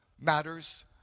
matters